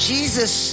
Jesus